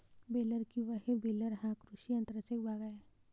baler किंवा हे baler हा कृषी यंत्राचा एक भाग आहे